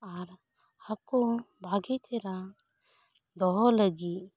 ᱟᱨ ᱦᱟᱹᱠᱩ ᱵᱷᱟᱜᱮ ᱪᱮᱦᱨᱟ ᱫᱚᱦᱚ ᱞᱟᱹᱜᱤᱫ